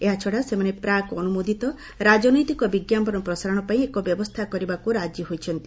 ଏହାଛଡ଼ା ସେମାନେ ପ୍ରାକ୍ ଅନୁମୋଦିତ ରାଜନୈତିକ ବିଜ୍ଞାପନ ପ୍ରସାରଣ ପାଇଁ ଏକ ବ୍ୟବସ୍ଥା କରିବାକୁ ରାଜି ହୋଇଛନ୍ତି